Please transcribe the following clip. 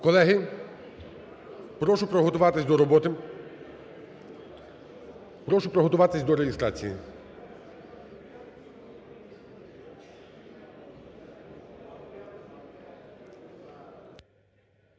Колеги, прошу приготуватись до роботи. Прошу приготуватись до реєстрації.